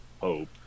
hope